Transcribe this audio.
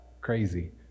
crazy